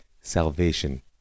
salvation